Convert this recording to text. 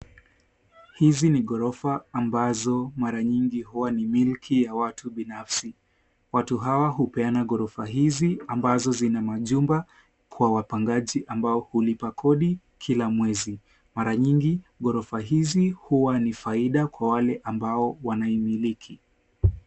Hizi ni ghorofa ambazo mara nyingi huwa ni miliki ya watu binafsi. Watu hawa hupeana ghorofa hizi ambazo zina majumba kwa wapangaji ambao hulipa kodi kila mwezi. Mara nyingi ghorofa hizi huwa ni faida kwa wale ambao wanaimiliki.